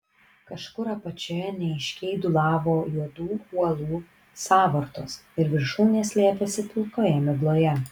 kažkur apačioje neaiškiai dūlavo juodų uolų sąvartos ir viršūnės slėpėsi pilkoje migloje